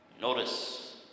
Notice